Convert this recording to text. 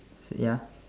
ya